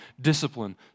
discipline